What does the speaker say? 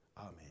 amen